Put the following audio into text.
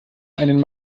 einen